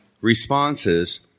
responses